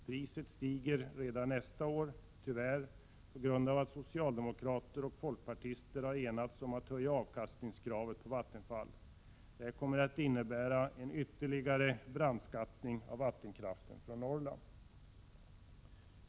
Priset stiger redan nästa år — tyvärr — på grund av att socialdemokrater och folkpartister har enats om att höja avkastningskravet på Vattenfall. Detta kommer att innebära en ytterligare brandskattning av vattenkraften från Norrland.